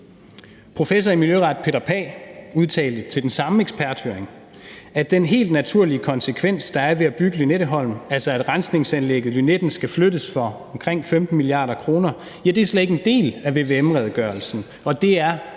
Professor i miljøret Peter Pagh udtalte til den samme eksperthøring, at den helt naturlige konsekvens, der er ved at bygge Lynetteholm, altså at rensningsanlægget Lynetten skal flyttes for omkring 15 mia. kr., slet ikke er en del af vvm-redegørelsen, og det er,